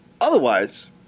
Otherwise